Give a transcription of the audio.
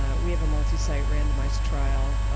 ah we have a multi-site randomized trial,